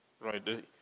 right